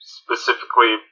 specifically